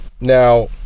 now